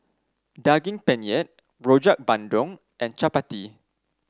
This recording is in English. Daging Penyet Rojak Bandung and chappati